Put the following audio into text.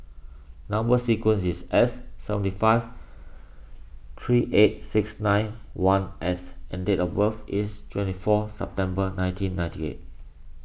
Number Sequence is S seventy five three eight six nine one S and date of birth is twenty four September nineteen ninety eight